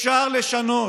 אפשר לשנות,